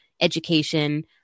education